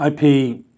IP